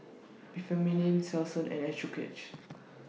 Remifemin Selsun and Accucheck